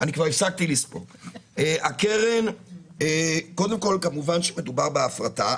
קודם כל שמדובר בהפרטה,